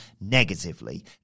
negatively